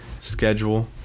schedule